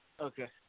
Okay